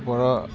बर'